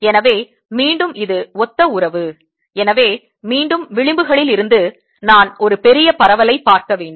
எனவே மீண்டும் இது ஒத்த உறவு எனவே மீண்டும் விளிம்புகளில் இருந்து நான் ஒரு பெரிய பரவலை பார்க்க வேண்டும்